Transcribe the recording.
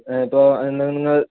അതിപ്പോൾ അതെന്താണ് നിങ്ങൾ